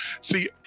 see